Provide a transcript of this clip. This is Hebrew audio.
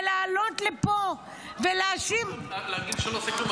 ולעלות לפה ולהאשים --- להגיד שלא עושים כלום,